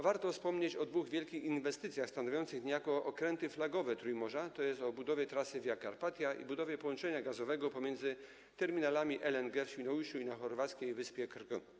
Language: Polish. Warto wspomnieć o dwóch wielkich inwestycjach stanowiących niejako okręty flagowe Trójmorza, tj. o budowie trasy Via Carpatia i budowie połączenia gazowego pomiędzy terminalami LNG w Świnoujściu i na chorwackiej wyspie Krk.